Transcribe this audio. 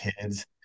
kids